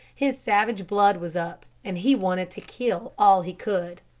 his savage blood was up and he wanted to kill all he could.